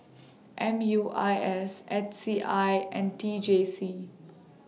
M U I S H C I and T J C